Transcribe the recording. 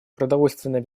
продовольственная